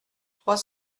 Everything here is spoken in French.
trois